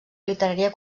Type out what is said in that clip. literària